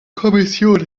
kommission